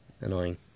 Annoying